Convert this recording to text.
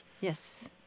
Yes